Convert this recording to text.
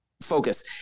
focus